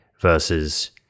versus